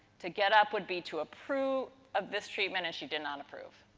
to get up would be to approve of this treatment and she did not approve.